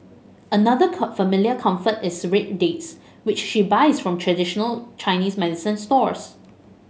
another familiar comfort is red dates which she buys from traditional Chinese medicine stores